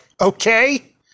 okay